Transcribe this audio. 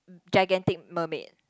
gigantic mermaid